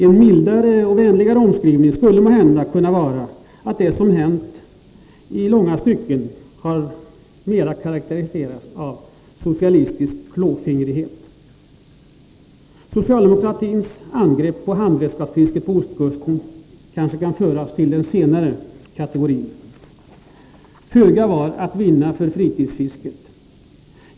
En mildare och vänligare omskrivning skulle måhända kunna vara att det som hänt i långa stycken mera har karakteriserats av socialistisk klåfingrighet. Socialdemokratins angrepp på handredskapsfisket på ostkusten kanske kan föras till den senare kategorin. Föga var att vinna för fritidsfisket.